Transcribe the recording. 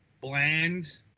bland